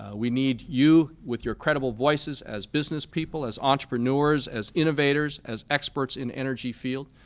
ah we need you with your credible voices as business people, as entrepreneurs, as innovators, as experts in energy field,